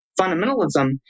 fundamentalism